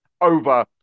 over